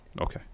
Okay